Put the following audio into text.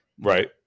right